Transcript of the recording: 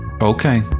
Okay